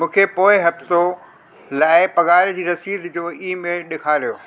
मूंखे पोएं हफ़्तो लाइ पघार जी रसीद जो ईमेल ॾेखारियो